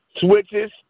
switches